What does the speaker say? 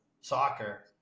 soccer